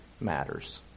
matters